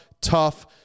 tough